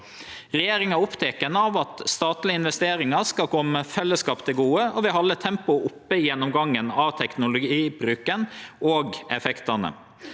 Regjeringa er oppteken av at statlege investeringar skal kome fellesskapet til gode, og vil halde tempoet oppe i gjennomgangen av teknologibruken og effektane.